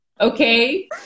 okay